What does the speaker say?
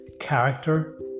character